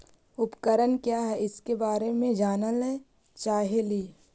उपकरण क्या है इसके बारे मे जानल चाहेली?